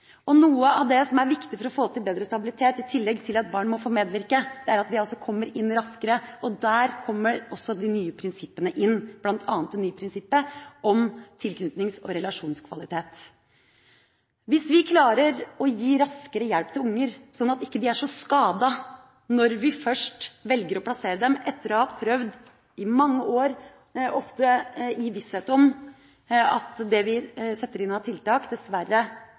stabilitet. Noe av det som er viktig for å få til bedre stabilitet, i tillegg til at barn må få medvirke, er at vi kommer inn raskere. Der kommer også de nye prinsippene inn, bl.a. det nye prinsippet om tilknytnings- og relasjonskvalitet. Hvis vi ikke klarer å gi raskere hjelp til barn, slik at de ikke er så skadet når vi først velger å plassere dem, etter å ha prøvd i mange år – ofte i visshet om at det vi setter inn av tiltak, dessverre